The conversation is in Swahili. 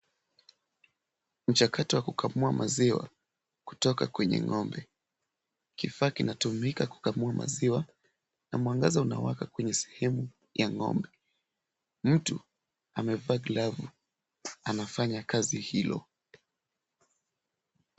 Mchakato wa kukamua maziwa kutoka kwenye ng'ombe, kifaa kinatumika kukamua maziwa na mwangaza unawaka kwenye sehemu ya ng'ombe. Mtu amevaa glavu anafanya kazi hilo.